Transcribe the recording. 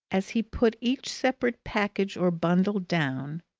as he put each separate package or bundle down,